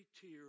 tear